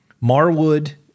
Marwood